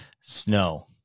Snow